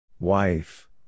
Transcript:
Wife